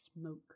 smoke